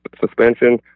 suspension